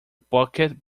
bucket